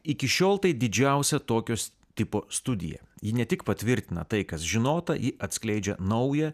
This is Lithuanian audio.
iki šiol tai didžiausia tokios tipo studija ji ne tik patvirtina tai kas žinota ji atskleidžia naują